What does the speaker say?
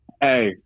Hey